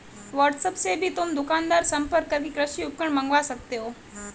WhatsApp से भी तुम दुकानदार से संपर्क करके कृषि उपकरण मँगवा सकते हो